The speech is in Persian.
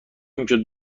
میشد